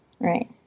Right